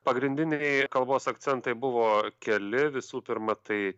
pagrindiniai kalbos akcentai buvo keli visų pirma tai